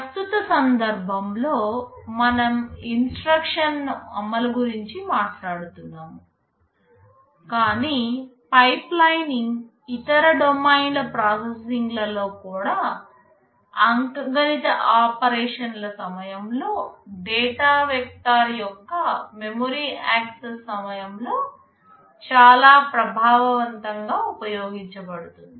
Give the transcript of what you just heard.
ప్రస్తుత సందర్భం లో మనం ఇన్స్ట్రక్షన్ అమలు గురించి మాట్లాడుతున్నాము కాని పైప్లైనింగ్ ఇతర డొమైన్ ల ప్రాసెసింగ్ లో కూడా అంకగణిత ఆపరేషన్ల సమయంలో డేటా వెక్టర్ యొక్క మెమరీ యాక్సెస్ సమయంలో చాలా ప్రభావవంతంగా ఉపయోగించబడుతుంది